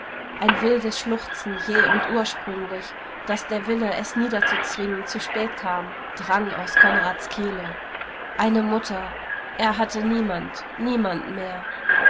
ein wildes schluchzen jäh und ursprünglich daß der wille es niederzuzwingen zu spät kam drang aus konrads kehle eine mutter er hatte niemand niemand mehr